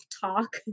talk